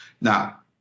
Now